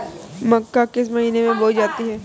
मक्का किस महीने में बोई जाती है?